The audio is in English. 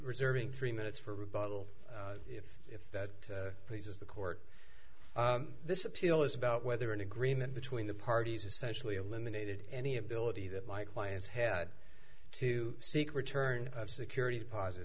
reserving three minutes for rebuttal if that pleases the court this appeal is about whether an agreement between the parties essentially eliminated any ability that my clients had to seek return of security deposit